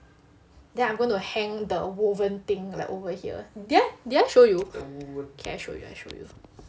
then I'm going to hang the woven thing like over here did I did I show you okay I show you I show you